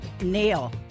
nail